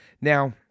Now